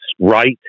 right